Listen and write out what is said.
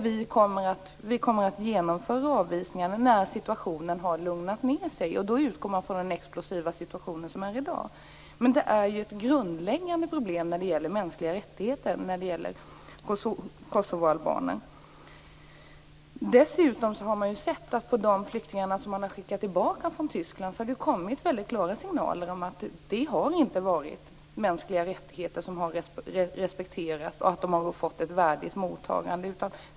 Vi kommer att genomföra avvisningarna när situationen har lugnat ned sig. Då utgår man från den explosiva situation som råder i dag. Men det är ju ett grundläggande problem när det gäller mänskliga rättigheter i fråga om kosovoalbaner. Dessutom har man från de flyktingar som man har skickat tillbaka från Tyskland fått väldigt klara signaler om att de mänskliga rättigheterna inte har respekterats och att de inte har fått ett värdigt mottagande.